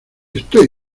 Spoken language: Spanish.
estoy